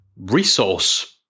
resource